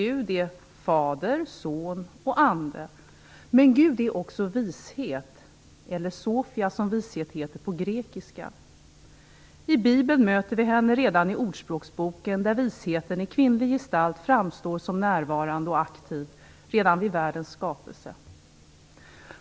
Gud är fader, son och ande, men Gud är också Vishet, eller Sofia, som vishet heter på grekiska. I bibeln möter vi henne redan i Ordspråksboken, där visheten i kvinnlig gestalt framstår som närvarande och aktiv redan vid världens skapelse.